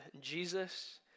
Jesus